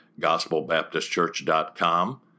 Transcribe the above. gospelbaptistchurch.com